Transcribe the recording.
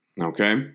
Okay